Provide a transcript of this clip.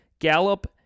Gallup